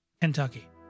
Kentucky